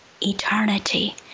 eternity